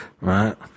right